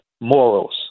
morals